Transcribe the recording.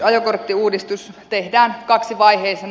ajokorttiuudistus tehdään kaksivaiheisena